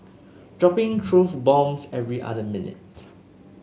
dropping truth bombs every other minute